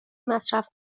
مصرف